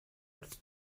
wrth